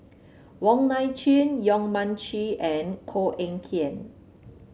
Wong Nai Chin Yong Mun Chee and Koh Eng Kian